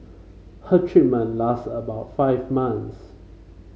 her treatment last about five months